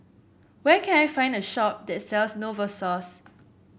where can I find a shop that sells Novosource